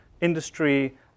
industry